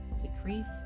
decrease